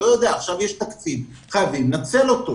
עכשיו יש תקציב, חייבים לנצל אותו.